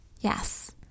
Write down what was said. Yes